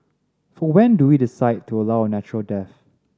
for when do we decide to allow a natural death